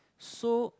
so